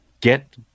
Get